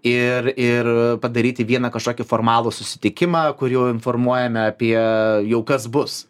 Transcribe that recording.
ir ir padaryti vieną kažkokį formalų susitikimą kur jau informuojame apie jau kas bus